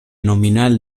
nominal